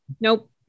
Nope